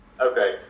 Okay